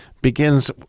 begins